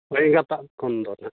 ᱮᱸᱜᱟᱛᱟᱜ ᱠᱷᱚᱱ ᱫᱚ ᱱᱟᱦᱟᱜ